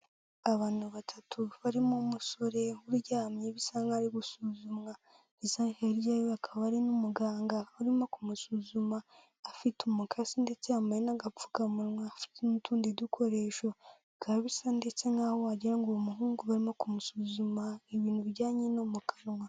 Abantu batatu barimo umusore uryamye bisa nk'aho ari gusuzumwa ndetse hirya ye hakaba hari n'umuganga urimo kumusuzuma, afite umukasi ndetse yambaye n'agapfukamunwa afite n'utundi dukoresho, bikaba bisa ndetse nk'aho wagira ngo uwo muhungu barimo kumusuzuma ibintu bijyanye no mu kanwa.